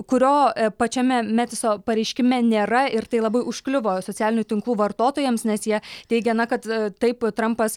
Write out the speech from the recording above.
kurio pačiame metiso pareiškime nėra ir tai labai užkliuvo socialinių tinklų vartotojams nes jie teigia na kad taip trampas